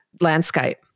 landscape